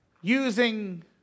using